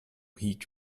heed